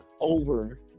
over